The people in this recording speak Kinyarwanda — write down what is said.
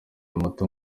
muto